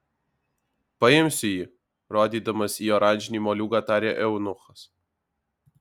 paimsiu jį rodydamas į oranžinį moliūgą tarė eunuchas